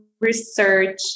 research